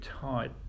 tight